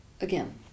again